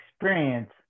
experience